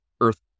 Earth